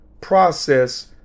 Process